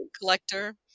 collector